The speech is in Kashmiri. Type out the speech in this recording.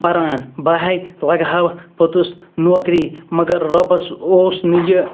پَران بہٕ ہَے لَگہٕ ہَو پوٚتُس نوکری مگر رۄبَس اوس نہٕ یہِ